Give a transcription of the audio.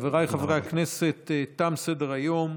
חבריי חברי הכנסת, תם סדר-היום.